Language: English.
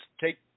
take